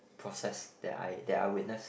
process that I that I witnessed